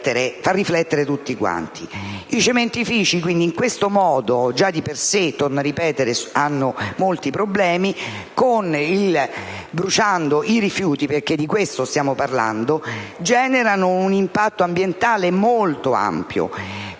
I cementifici, in questo modo, già di per sé hanno molti problemi. Bruciando i rifiuti (perché di questo stiamo parlando), generano un impatto ambientale molto ampio,